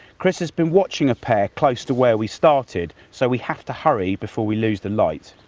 chris has been watching a pair close to where we started. so we have to hurry before we lose the light.